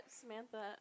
Samantha